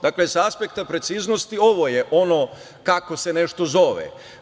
Dakle, sa aspekta preciznosti, ovo je ono kako se nešto zove.